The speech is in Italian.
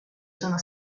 sono